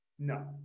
No